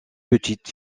petite